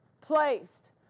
placed